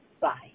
bye